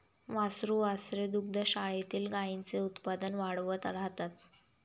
वासरू वासरे दुग्धशाळेतील गाईंचे उत्पादन वाढवत राहतात